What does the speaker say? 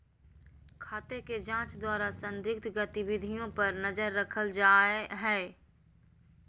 खाते के जांच द्वारा संदिग्ध गतिविधियों पर नजर रखल जा हइ